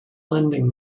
lending